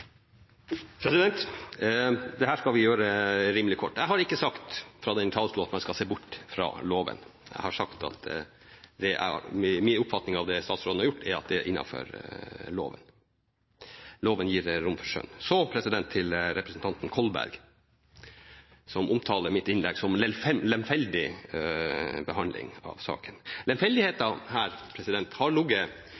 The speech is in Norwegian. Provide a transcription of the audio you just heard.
skal vi gjøre rimelig kort. Jeg har ikke sagt fra denne talerstolen at man skal se bort fra loven. Jeg har sagt at min oppfatning av det statsråden har gjort, er at det er innenfor loven – loven gir rom for skjønn. Så til representanten Kolberg, som omtaler mitt innlegg som lemfeldig behandling av saken.